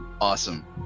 awesome